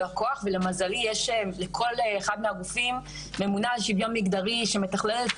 הכוח ולמזלי יש לכל אחד מהגופים ממונה על שוויון מגדרי שמתחללת